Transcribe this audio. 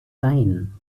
line